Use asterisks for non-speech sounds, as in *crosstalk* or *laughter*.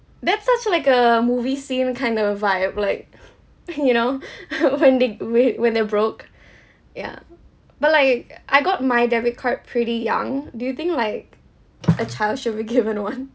that sounds like a movie scene kind of vibe like *laughs* you know *laughs* when they way when they're broke *breath* ya but like I got my debit card pretty young do you think like a child *laughs* should be given one